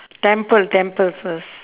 temple temple first